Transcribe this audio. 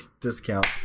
discount